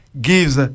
gives